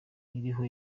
iriho